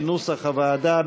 כנוסח הוועדה,